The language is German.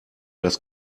das